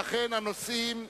ואכן הנושאים הם: